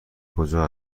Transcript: کجا